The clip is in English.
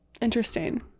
interesting